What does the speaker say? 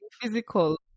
physical